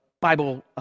Bible